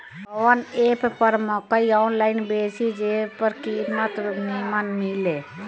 कवन एप पर मकई आनलाइन बेची जे पर कीमत नीमन मिले?